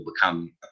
become